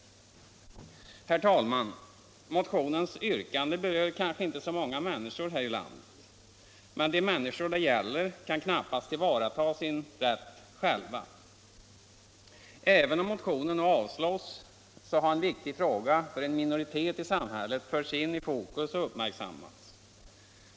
Herr talman! Motionens yrkande berör kanske inte så många människor här i landet, men de människor det gäller kan knappast tillvarata sin rätt själva. Även om motionen nu avslås så har en viktig fråga för en minoritet i samhället förts in i fokus och uppmärksammats.